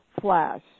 flash